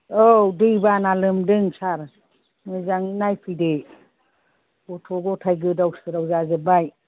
औ दैबाना लोमदों सार मोजां नायफैदो गथ' गथाइ गोदाव सोराव जाजोब्बाय